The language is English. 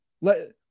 Let